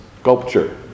sculpture